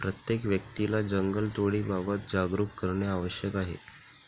प्रत्येक व्यक्तीला जंगलतोडीबाबत जागरूक करणे आवश्यक आहे